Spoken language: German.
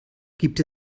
gibt